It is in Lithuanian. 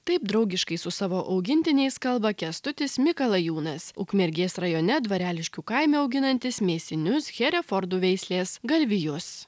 taip draugiškai su savo augintiniais kalba kęstutis mikalajūnas ukmergės rajone dvareliškių kaime auginantis mėsinius herefordų veislės galvijus